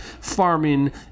farming